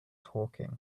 talking